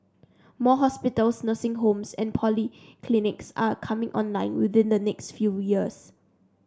more hospitals nursing homes and polyclinics are coming online within the next few years